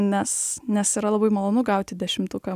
nes nes yra labai malonu gauti dešimtuką